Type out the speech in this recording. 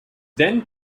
then